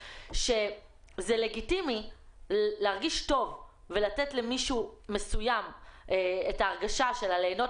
שזה לגיטימי להרגיש טוב ולתת למישהו מסוים את ההרגשה של ליהנות